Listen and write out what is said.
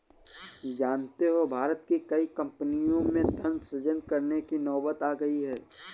जानते हो भारत की कई कम्पनियों में धन सृजन करने की नौबत आ गई है